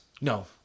No